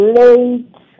late